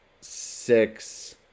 six